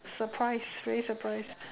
surprise very surprised